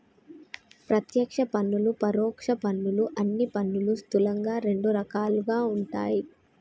ప్రత్యక్ష పన్నులు, పరోక్ష పన్నులు అని పన్నులు స్థూలంగా రెండు రకాలుగా ఉంటయ్